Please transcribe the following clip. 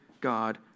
God